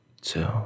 two